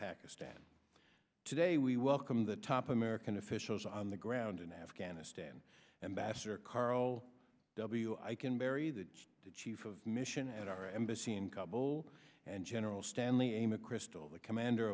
pakistan today we welcome the top american officials on the ground in afghanistan and basser karo w i can bury that the chief of mission at our embassy in kabul and general stanley mcchrystal the commander